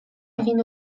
egin